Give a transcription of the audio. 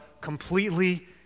completely